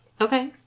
Okay